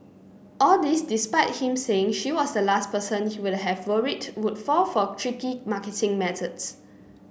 all this despite him saying she was the last person he would have worried would fall for tricky marketing methods